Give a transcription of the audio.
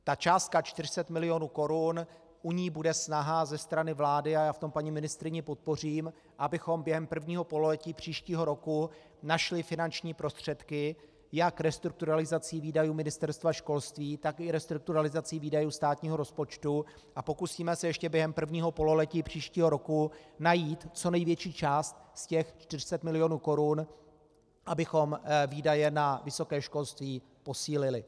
Ta částka 400 milionů korun, u ní bude snaha ze strany vlády, a já v tom paní ministryni podpořím, abychom během prvního pololetí příštího roku našli finanční prostředky, jak restrukturalizací výdajů Ministerstva školství, tak i restrukturalizací výdajů státního rozpočtu, a pokusíme se ještě během prvního pololetí příštího roku najít co největší část z těch 400 milionů korun, abychom výdaje na vysoké školství posílili.